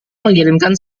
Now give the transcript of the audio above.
mengirimkan